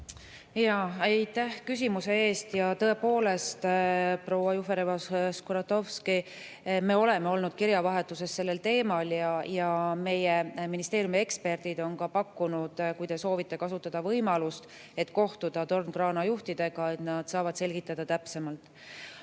Aitäh küsimuse eest! Tõepoolest, proua Jufereva-Skuratovski, me oleme olnud kirjavahetuses sellel teemal. Meie ministeeriumi eksperdid on ka pakkunud, kui te soovite kasutada [sellist] võimalust, et kohtuda tornkraanajuhtidega, et nad saaksid täpsemalt